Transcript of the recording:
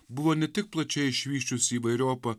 buvo ne tik plačiai išvysčiusi įvairiopą